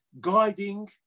guiding